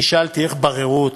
אני שאלתי איך בררו אותם,